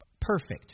Perfect